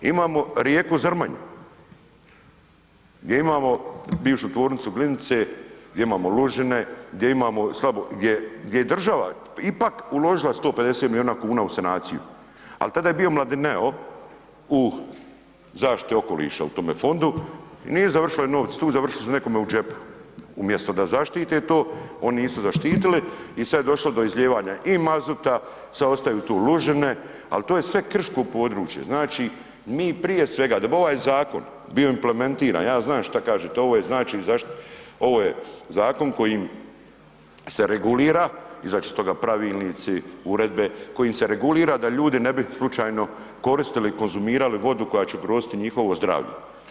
Imamo rijeku Zrmanju gdje imamo bivšu tvornicu glinice, gdje imamo lužine, gdje imamo slabo, gdje, gdje je država ipak uložila 150 milijuna kuna u sanaciju, al tada je bio Mladineo u zaštiti okoliša u tome fondu i nisu završili novci tu, završili su nekome u džepu, umjesto da zaštite to, oni nisu zaštitili i sad je došlo do izljevanja i mazuta, sad ostaju tu lužine, al to je sve krško područje, znači mi prije svega, da bi ovaj zakon bio implementiran ja znam šta kažete, ovo je znači, ovo je zakon kojim se regulira, izaći će iz toga pravilnici, uredbe, kojim se regulira da ljudi ne bi slučajno koristili i konzumirali vodu koja će ugroziti njihovo zdravlje.